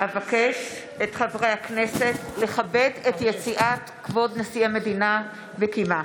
אבקש את חברי הכנסת לכבד את יציאת כבוד נשיא המדינה בקימה.